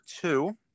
two